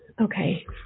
Okay